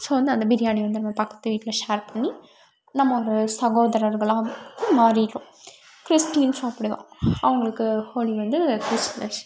so வந்து அந்த பிரியாணி வந்து நம்ம பக்கத்து வீட்டில் ஷேர் பண்ணி நம்ம ஒரு சகோதரர்களாக இது மாரிருக்கும் கிறிஸ்டின்ஸும் அப்படி தான் அவங்களுக்கு ஹோலி வந்து கிறிஸ்மஸ்